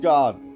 God